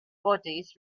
bodies